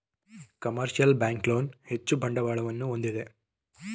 commercial bank loan ಹೆಚ್ಚು ಬಂಡವಾಳವನ್ನು ಹೊಂದಿದೆ